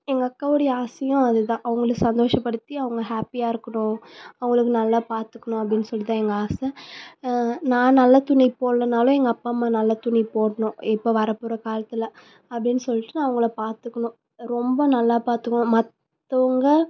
எங்கள் அக்காவுடைய ஆசையும் அதுதான் அவங்களை சந்தோஷப்படுத்தி அவங்களை ஹாப்பியாக இருக்கணும் அவங்களை நல்லா பார்த்துக்கணும் அப்படின்னு சொல்லிட்டு தான் எங்கள் ஆசை நான் நல்ல துணி போடலனாலும் எங்கள் அப்பா அம்மா நல்ல துணி போடணும் இப்போ வர போகிற காலத்தில் அப்படின்னு சொல்லிட்டு நான் அவங்களை பார்த்துக்கணும் ரொம்ப நல்லா பார்த்துக்கணும் மற்றவங்க